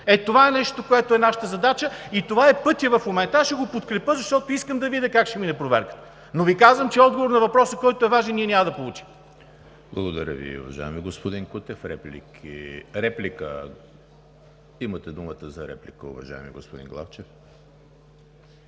Ето това е нещото, което е нашата задача, и това е пътят в момента. Аз ще го подкрепя, защото искам да видя как ще мине проверката, но Ви казвам, че отговор на въпроса, който е важен, няма да получим. ПРЕДСЕДАТЕЛ ЕМИЛ ХРИСТОВ: Благодаря Ви, уважаеми господин Кутев. Реплика? Имате думата за реплика, уважаеми господин Главчев.